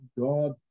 God